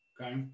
Okay